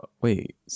wait